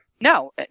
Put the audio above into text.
No